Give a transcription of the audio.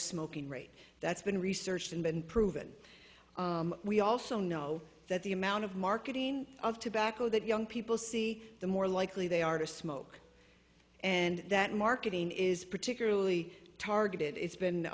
the smoking rate that's been researched and been proven we also know that the amount of marketing of tobacco that young people see the more likely they are to smoke and that marketing is particularly targeted it's been